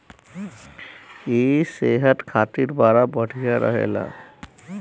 इ सेहत खातिर बड़ा बढ़िया रहेला